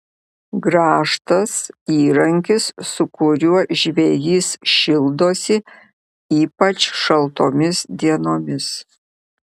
grąžtas įrankis su kuriuo žvejys šildosi ypač šaltomis dienomis